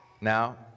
Now